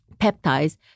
peptides